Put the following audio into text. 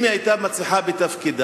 אם היא היתה מצליחה בתפקידה